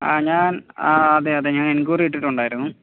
ആ ഞാൻ ആ അതേ അതേ ഞാൻ എൻക്വയറി ഇട്ടിട്ടുണ്ടായിരുന്നു